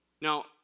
Now